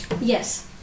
Yes